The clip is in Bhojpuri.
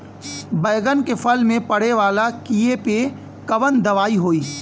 बैगन के फल में पड़े वाला कियेपे कवन दवाई होई?